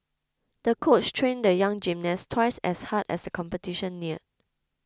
the coach trained the young gymnast twice as hard as the competition neared